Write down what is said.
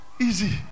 easy